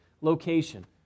location